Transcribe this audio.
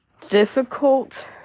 difficult